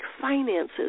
finances